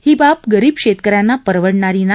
ही बाब गरीब शेतकऱ्यांना परवडणारी नाही